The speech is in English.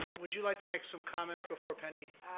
would you like to make some comments before penny?